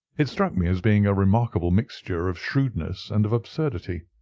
it struck me as being a remarkable mixture of shrewdness and of absurdity.